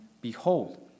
behold